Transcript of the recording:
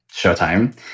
Showtime